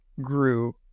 grew